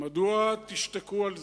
מדוע תשתקו על זה?